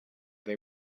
they